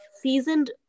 seasoned